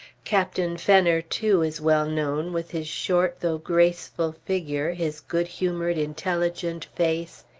captain fenner, too, is well known, with his short, though graceful figure, his good-humored, intelligent face,